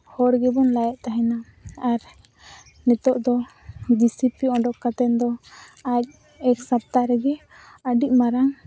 ᱦᱚᱲ ᱜᱮᱵᱚᱱ ᱞᱟᱭᱮᱫ ᱛᱟᱦᱮᱱᱟ ᱟᱨ ᱱᱤᱛᱳᱜ ᱫᱚ ᱡᱤᱥᱤᱯᱤ ᱚᱰᱚᱠ ᱠᱟᱛᱮ ᱫᱚ ᱟᱡ ᱮᱠ ᱥᱟᱯᱛᱟ ᱨᱮᱜᱮ ᱟᱹᱰᱤ ᱢᱟᱨᱟᱝ